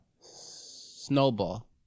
snowball